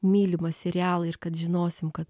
mylimą serialą ir kad žinosim kad